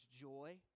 joy